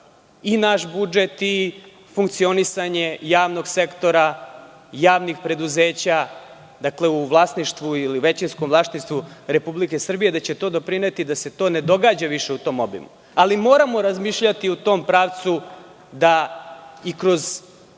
i naš budžet i funkcionisanje javnog sektora, javnih preduzeća, dakle, u vlasništvu ili u većinskom vlasništvu Republike Srbije, da će to doprineti da se to više ne događa u tom obimu. Ali, moramo razmišljati u tom pravcu da i kroz